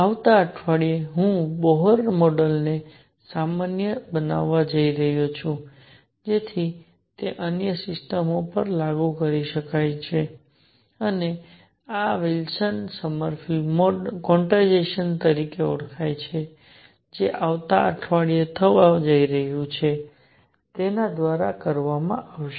આવતા અઠવાડિયે હું બોહર મોડેલને સામાન્ય બનાવવા જઈ રહ્યો છું જેથી તે અન્ય સિસ્ટમો પર પણ લાગુ કરી શકાય અને આ વિલ્સન સોમરફેલ્ડ ક્વાન્ટાઇઝેશન તરીકે ઓળખાય છે જે આવતા અઠવાડિયે થવા જઈ રહ્યું છે તેના દ્વારા કરવામાં આવશે